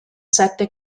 sette